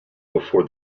before